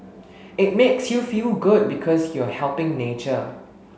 it makes you feel good because you're helping nature